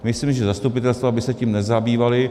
Myslím, že zastupitelstva by se tím nezabývala.